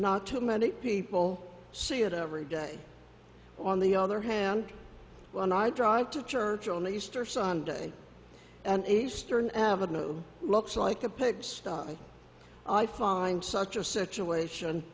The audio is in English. not too many people see it every day on the other hand when i drive to church on easter sunday and eastern ave looks like a pigsty i find such a situation